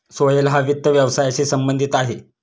सोहेल हा वित्त व्यवसायाशी संबंधित आहे